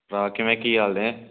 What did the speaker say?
ਹਾਂ ਕਿਵੇਂ ਕੀ ਹਾਲ ਨੇ